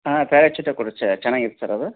ಹಾಂ ಪ್ಯಾರಾಚುಟೆ ಕೊಡ್ರಿ ಚೆನ್ನಾಗಿದೆ ಸರ್ ಅದು